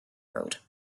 road